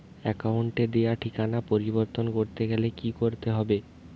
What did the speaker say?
অ্যাকাউন্টে দেওয়া ঠিকানা পরিবর্তন করতে গেলে কি করতে হবে?